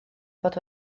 bod